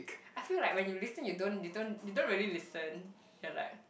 I feel like when you listen you don't you don't you don't really listen ya like